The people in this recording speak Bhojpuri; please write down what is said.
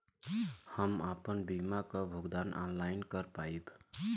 हम आपन बीमा क भुगतान ऑनलाइन कर पाईब?